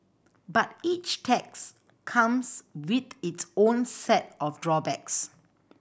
but each tax comes with its own set of drawbacks